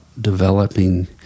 developing